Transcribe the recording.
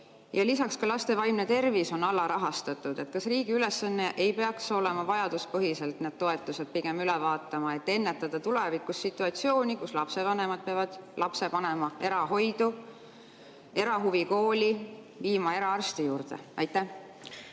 lisaks ka laste vaimne tervis on alarahastatud. Kas riigi ülesanne ei peaks olema vajaduspõhiselt need toetused pigem üle vaadata, et ennetada tulevikus situatsiooni, kus lapsevanemad peavad lapse panema erahoidu, erahuvikooli, viima eraarsti juurde? Suur